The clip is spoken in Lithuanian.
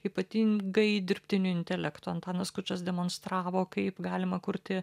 ypatingai dirbtiniu intelektu antanas skučas demonstravo kaip galima kurti